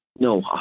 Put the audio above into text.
No